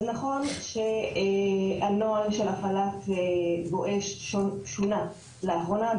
אז נכון שהנוהג של הפעלת "בואש" שונה לאחרונה,